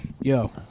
Yo